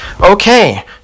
okay